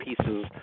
pieces